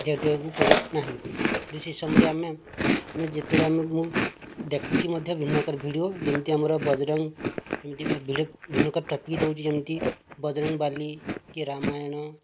ଲେଉଟାଇବାକୁ ପଡ଼େ ନାହିଁ ସେହି ସମୟରେ ଆମେ ଯେତେବେଳେ ଆମେ ମୁଁ ଦେଖୁଛି ମଧ୍ୟ ବିଭିନ୍ନ ପ୍ରକାର ଭିଡିଓ ଯେମିତି ଆମର ବଜରଙ୍ଗ ଯେମିତିକି ବିଭିନ୍ନ ପ୍ରକାର ଟପିକ୍ ଦେଉଛି ବଜରଙ୍ଗବାଲି କି ରାମାୟଣ